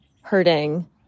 hurting